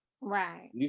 Right